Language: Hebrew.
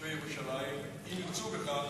תושבי ירושלים, אם ירצו בכך,